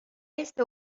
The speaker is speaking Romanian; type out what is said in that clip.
este